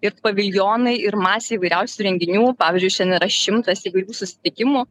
ir paviljonai ir masė įvairiausių renginių pavyzdžiui šiandien yra šimtas įvairių susitikimų